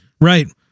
Right